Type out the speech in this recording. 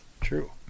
true